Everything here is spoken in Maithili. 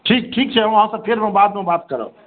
ठीक ठीक छै अहाँसँ हम फेर बादमे गप करब